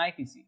IPC